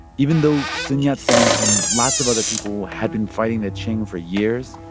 even though sun yat-sen and lots of other people had been fighting the qing for years,